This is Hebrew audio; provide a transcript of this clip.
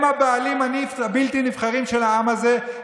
הם הבעלים הבלתי-נבחרים של העם הזה,